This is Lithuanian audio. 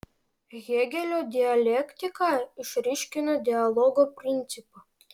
hėgelio dialektika išryškino dialogo principą